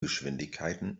geschwindigkeiten